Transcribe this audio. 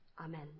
Amen